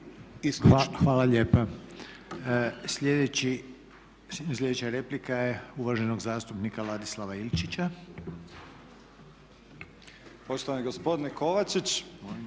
Hvala lijepa. Sljedeća replika je uvaženog zastupnika Ladislava Ilčića. **Ilčić, Ladislav